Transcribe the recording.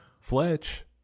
Fletch